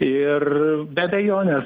ir be abejonės